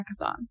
Hackathon